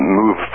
move